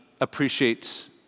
appreciates